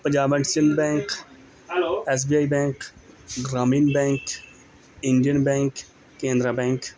Punjab and Sind bank S B I bank Gramin bank Indian bank Canara bank